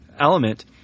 element